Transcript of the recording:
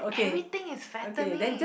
everything is fattening